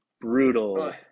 brutal –